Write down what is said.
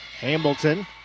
Hamilton